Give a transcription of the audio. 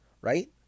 right